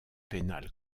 pénal